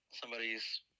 somebody's